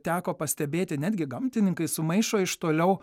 teko pastebėti netgi gamtininkai sumaišo iš toliau